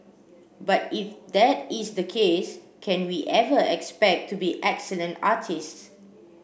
but if that is the case can we ever expect to be excellent artists